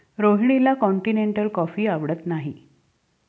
रोहिणीला continental coffee आवडत नाही